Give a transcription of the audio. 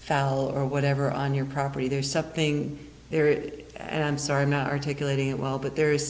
fallow or whatever on your property there's something there is and i'm sorry i'm not articulating it well but there is